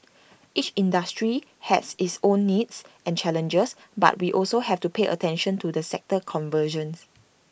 each industry has its own needs and challenges but we also have to pay attention to the sector convergence